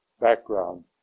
background